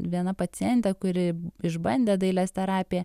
viena paciente kuri išbandė dailės terapiją